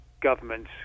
government